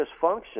dysfunction